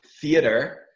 theater